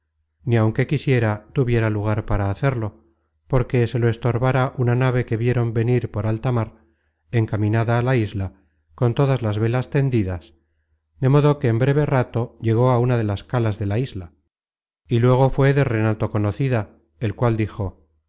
ni aunque quisiera tuviera lugar para hacerlo porque se lo estorbara una nave que vieron venir por alta mar encaminada á la isla con todas las velas tendidas de modo que en breve rato llegó á una de las calas de la isla content from google book search generated at s y luego fué de renato conocida el cual dijo